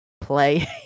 play